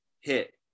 hit